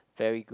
very good